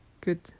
good